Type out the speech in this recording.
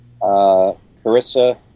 Carissa